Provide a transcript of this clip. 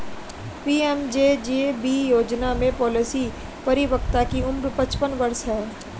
PMJJB योजना में policy परिपक्वता की उम्र पचपन वर्ष है